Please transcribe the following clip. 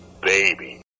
baby